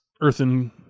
earthen